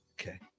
Okay